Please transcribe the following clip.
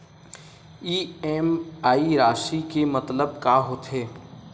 EMI राशि के मतलब का होथे?